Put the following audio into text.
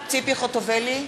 חוטובלי,